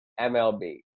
MLB